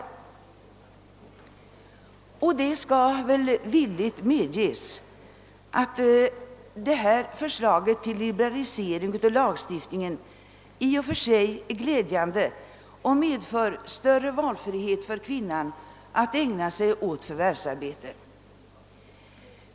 Det skall villigt medges att detta förslag till liberalisering av lagstiftningen i och för sig är glädjande och medför större valfrihet för kvinnan att ägna sig åt förvärvsarbete.